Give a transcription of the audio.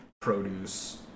produce